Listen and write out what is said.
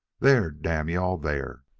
there! damn you-all! there!